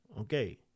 Okay